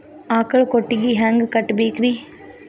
ಆಕಳ ಕೊಟ್ಟಿಗಿ ಹ್ಯಾಂಗ್ ಕಟ್ಟಬೇಕ್ರಿ?